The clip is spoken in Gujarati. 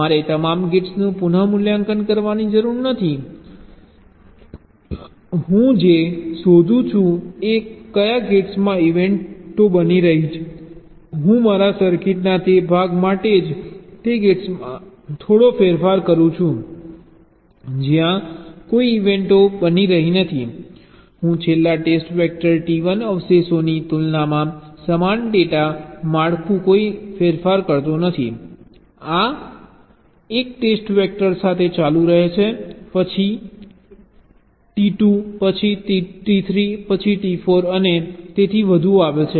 મારે તમામ ગેટ્સનું પુનઃમૂલ્યાંકન કરવાની જરૂર નથી હું એ શોધું છું કે કયા ગેટ્સમાં ઇવેન્ટઓ બની રહી છે હું મારા સર્કિટના તે ભાગ માટે જ તે ગેટ્સમાં થોડો ફેરફાર કરું છું જ્યાં કોઈ ઇવેન્ટઓ બની રહી નથી હું છેલ્લા ટેસ્ટ વેક્ટર T1 અવશેષોની તુલનામાં સમાન ડેટા માળખું કોઈ ફેરફાર કરતો નથી આ એક ટેસ્ટ વેક્ટર સાથે ચાલુ રહે છે બીજા પછી T2 પછી T3 પછી T4 અને તેથી વધુ આવે છે